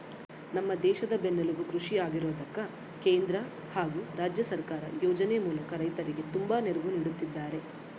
ನಮ್ಮ ದೇಶದ ಬೆನ್ನೆಲುಬು ಕೃಷಿ ಆಗಿರೋದ್ಕ ಕೇಂದ್ರ ಹಾಗು ರಾಜ್ಯ ಸರ್ಕಾರ ಯೋಜನೆ ಮೂಲಕ ರೈತರಿಗೆ ತುಂಬಾ ನೆರವು ನೀಡುತ್ತಿದ್ದಾರೆ